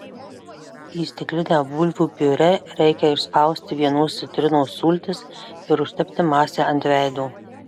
į stiklinę bulvių piurė reikia išspausti vienos citrinos sultis ir užtepti masę ant veido